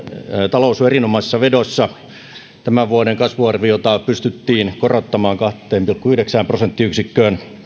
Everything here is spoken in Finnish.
talous on erinomaisessa vedossa tämän vuoden kasvuarviota pystyttiin korottamaan kahteen pilkku yhdeksään prosenttiyksikköön